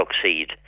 succeed